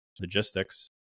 logistics